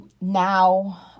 Now